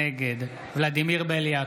נגד ולדימיר בליאק,